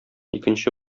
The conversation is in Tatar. икенче